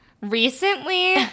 Recently